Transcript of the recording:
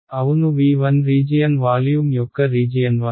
అవును V1 region volume యొక్క region 1